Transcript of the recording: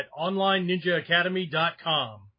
OnlineNinjaAcademy.com